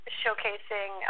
showcasing